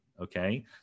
okay